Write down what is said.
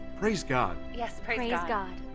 praise god! yes. praise ah god!